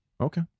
Okay